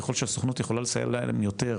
ככל שהסוכנות יכולה לסייע להם יותר,